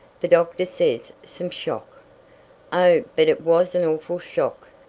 the doctor says some shock oh, but it was an awful shock,